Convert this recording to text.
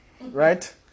Right